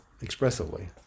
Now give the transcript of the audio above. expressively